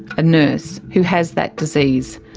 a nurse, who has that disease.